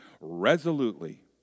resolutely